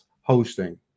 Hosting